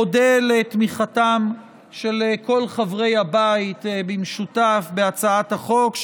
אודה על תמיכתם של כל חברי הבית במשותף בהצעת החוק,